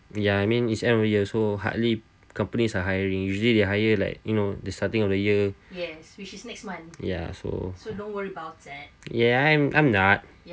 ya I mean it's end of the year so hardly companies are hiring usually they hire like you know the starting of the year so ya ya I'm not